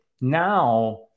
now